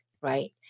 right